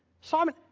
Simon